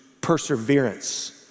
perseverance